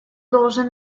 должен